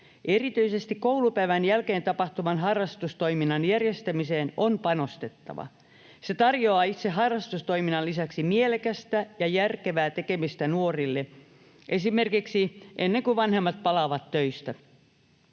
Erityisesti koulupäivän jälkeen tapahtuvan harrastustoiminnan järjestämiseen on panostettava. Se tarjoaa itse harrastustoiminnan lisäksi mielekästä ja järkevää tekemistä nuorille, esimerkiksi ennen kuin vanhemmat palaavat töistä.